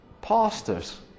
pastors